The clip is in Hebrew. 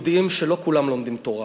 שלא כולם לומדים תורה.